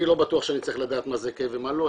אני לא בטוח שאני צריך לדעת מה זה K ומה לא,